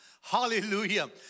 Hallelujah